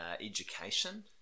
education